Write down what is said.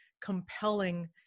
compelling